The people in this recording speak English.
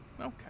Okay